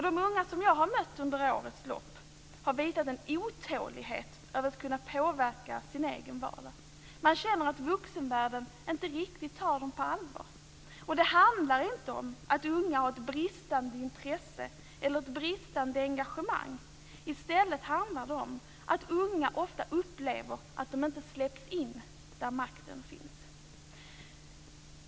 De unga som jag har mött under årets lopp har visat en otålighet när det gällt att kunna påverka sin egen vardag. De känner att vuxenvärlden inte riktigt tar dem på allvar. Det handlar inte om att unga har ett bristande intresse eller ett bristande engagemang. I stället handlar det om att unga ofta upplever att de inte släpps in där makten finns.